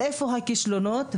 איפה הכישלונות?